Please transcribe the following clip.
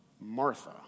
Martha